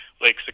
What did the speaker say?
Lake